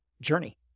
journey